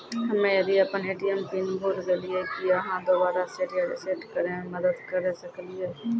हम्मे यदि अपन ए.टी.एम पिन भूल गलियै, की आहाँ दोबारा सेट या रिसेट करैमे मदद करऽ सकलियै?